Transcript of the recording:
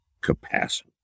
capacity